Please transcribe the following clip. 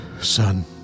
son